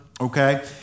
okay